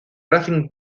racing